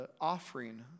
offering